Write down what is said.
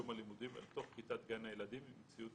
יום הלימודים אל תוך כיתת גן הילדים עם ציוד